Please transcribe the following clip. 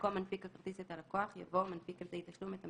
במקום "מנפיק הכרטיס את הלקוח" יבוא "מנפיק אמצעי התשלום את המשלם",